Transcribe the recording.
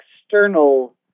external